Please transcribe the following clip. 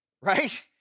Right